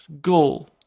goal